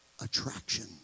attraction